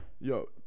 Yo